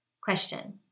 Question